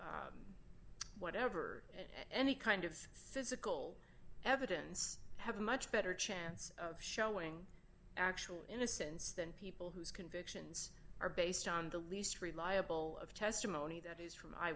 whatever any kind of physical evidence have a much better chance of showing actual innocence than people whose convictions are based on the least reliable of testimony that is from